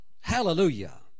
Hallelujah